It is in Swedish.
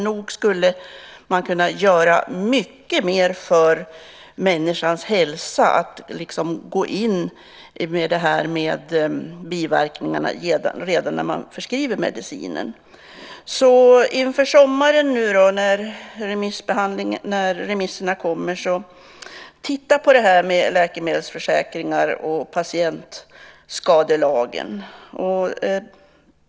Nog skulle man kunna göra mycket mer för människans hälsa genom att ta reda på biverkningarna redan när man förskriver medicinen. Inför sommaren, när remissvaren kommer, vill jag uppmana socialministern att titta på det här med läkemedelsförsäkringar och patientskadelagen.